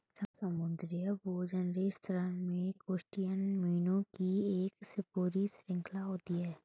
समुद्री भोजन रेस्तरां में क्रस्टेशियन मेनू की एक पूरी श्रृंखला होती है